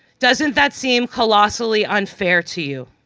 doesn't that seem colossally unfair to you?